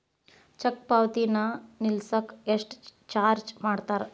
check ಪಾವತಿನ ನಿಲ್ಸಕ ಎಷ್ಟ ಚಾರ್ಜ್ ಮಾಡ್ತಾರಾ